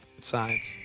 Science